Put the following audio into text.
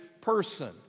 person